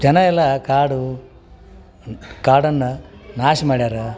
ಜನ ಎಲ್ಲ ಕಾಡು ಕಾಡನ್ನು ನಾಶ ಮಾಡ್ಯಾರೆ